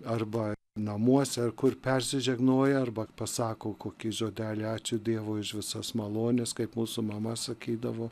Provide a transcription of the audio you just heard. arba namuose ar kur persižegnoja arba pasako kokį žodelį ačiū dievui už visas malones kaip mūsų mama sakydavo